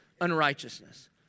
unrighteousness